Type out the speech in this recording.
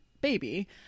baby